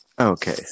okay